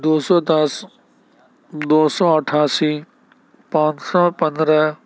دو سو دس دو سو اٹھاسی پانچ سو پندرہ